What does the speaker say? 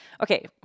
okay